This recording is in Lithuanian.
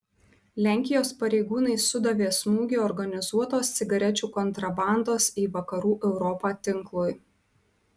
lenkijos pareigūnai sudavė smūgį organizuotos cigarečių kontrabandos į vakarų europą tinklui